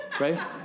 right